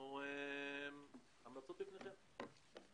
ההמלצות הן לפניכם.